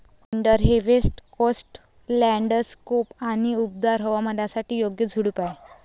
oleander हे west coast landscape आणि उबदार हवामानासाठी योग्य झुडूप आहे